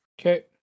Okay